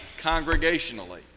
congregationally